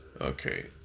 Okay